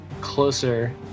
closer